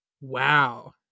wow